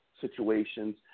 situations